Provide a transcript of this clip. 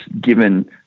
given